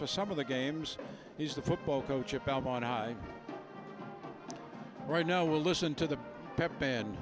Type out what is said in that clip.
for some of the games he's the football coach at belmont i right now listen to the pep band